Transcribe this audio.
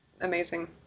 amazing